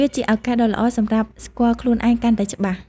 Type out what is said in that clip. វាជាឱកាសដ៏ល្អសម្រាប់ ស្គាល់ខ្លួនឯងកាន់តែច្បាស់។